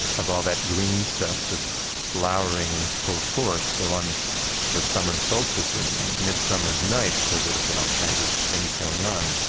of all that green stuff just flowering in its full force. so on the summer solstice and midsummer's night, there would have been all kinds of things going on,